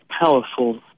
powerful